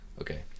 Okay